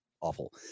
awful